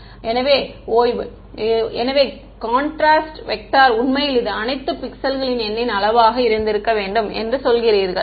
மாணவர் எனவே ஓய்வு எனவே கான்ட்ராஸ்ட் வெக்டர் உண்மையில் இது அனைத்தும் பிக்சல்களின் எண்ணின் அளவாக இருந்திருக்க வேண்டும் என்று சொல்கிறீர்கள்